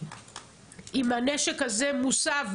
אם הנשק הזה מוסב,